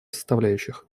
составляющих